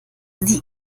sie